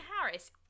Harris